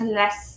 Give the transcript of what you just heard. less